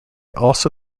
also